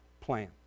plan